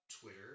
Twitter